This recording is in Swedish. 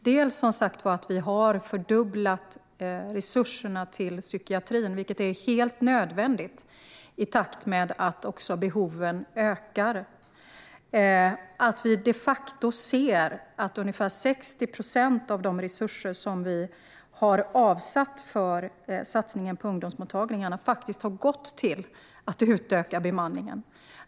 Vi har som sagt fördubblat resurserna till psykiatrin, vilket är helt nödvändigt i takt med att behoven ökar. Ungefär 60 procent av de resurser vi har avsatt till satsningen på ungdomsmottagningarna har faktiskt gått till att utöka bemanningen.